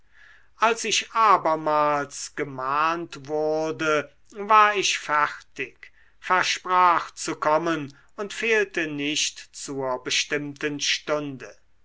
als ich abermals gemahnt wurde war ich fertig versprach zu kommen und fehlte nicht zur bestimmten stunde